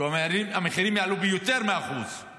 המחירים יעלו ביותר מ-1%;